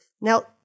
Now